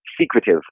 secretive